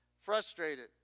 frustrated